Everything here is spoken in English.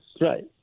Right